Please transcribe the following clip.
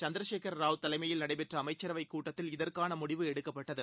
சந்திர சேகரராவ் தலைமையில் நடைபெற்ற அமைச்சரவைக் கூட்டத்தில் இதற்கான முடிவு எடுக்கப்பட்டது